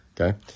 Okay